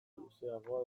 luzeagoa